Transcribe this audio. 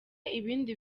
ibindi